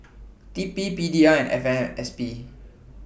T P P D L F M S P